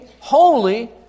holy